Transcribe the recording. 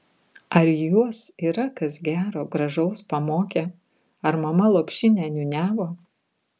ar juos yra kas gero gražaus pamokę ar mama lopšinę niūniavo